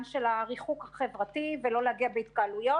של הריחוק החברתי ולא להגיע בהתקהלויות,